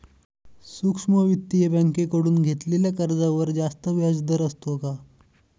सूक्ष्म वित्तीय बँकेकडून घेतलेल्या कर्जावर जास्त व्याजदर असतो का?